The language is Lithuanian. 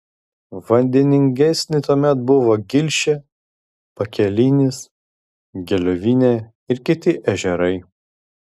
vandeningesni tuomet buvo gilšė pakelinis gelovinė ir kiti ežerai